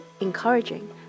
encouraging